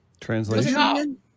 translation